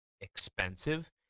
expensive